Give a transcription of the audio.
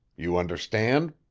you understand?